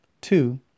Two